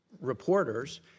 reporters